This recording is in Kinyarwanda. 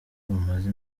bumaze